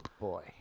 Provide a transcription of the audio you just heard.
boy